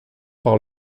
par